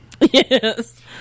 Yes